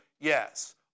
yes